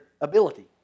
ability